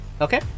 Okay